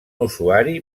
usuari